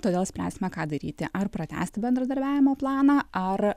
todėl spręsime ką daryti ar pratęsti bendradarbiavimo planą ar